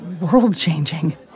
world-changing